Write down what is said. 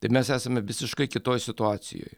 ir mes esame visiškai kitoj situacijoj